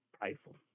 prideful